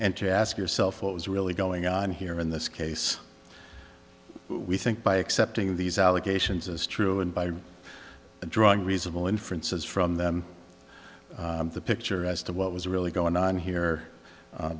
and to ask yourself what was really going on here in this case we think by accepting these allegations as true and by drawing reasonable inferences from them the picture as to what was really going on here